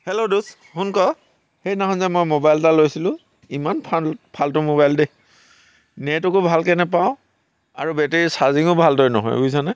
hello দোস্ত শুন আকৌ সেইদিনাখন মই যে মোবাইল এটা লৈছিলোঁ ইমান ফাল্ ফাল্টু মোবাইল দেই নেটৱৰ্কো ভালকৈ নেপাওঁ আৰু বেটেৰী চাৰ্জিঙো ভালদৰে নহয় বুজিছনে